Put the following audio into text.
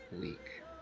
week